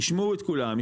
ישמעו את כולם,